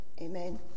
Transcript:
Amen